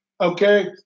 okay